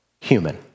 human